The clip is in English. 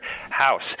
house